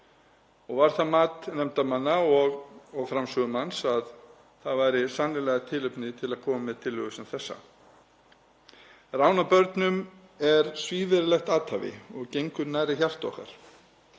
og var það mat nefndarmanna og framsögumanns að það væri sannarlega tilefni til að koma með tillögu sem þessa. Rán á börnum er svívirðilegt athæfi og gengur nærri hjarta okkar.